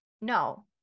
no